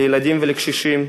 לילדים ולקשישים,